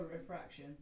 refraction